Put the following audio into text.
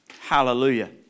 Hallelujah